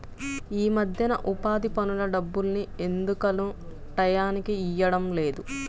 యీ మద్దెన ఉపాధి పనుల డబ్బుల్ని ఎందుకనో టైయ్యానికి ఇవ్వడం లేదు